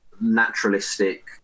naturalistic